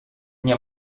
nie